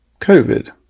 COVID